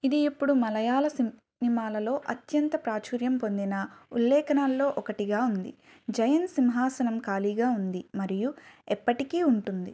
ఇది ఇప్పుడు మలయాళ సినిమాలలో అత్యంత ప్రాచుర్యం పొందిన ఉల్లేఖనాల్లో ఒకటిగా ఉంది జయన్ సింహాసనం ఖాళీగా ఉంది మరియు ఎప్పటికీ ఉంటుంది